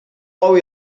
bou